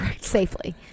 safely